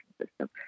system